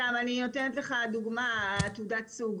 סתם, אני נותנת לך דוגמה, עתודת סוג.